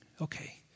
Okay